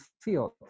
field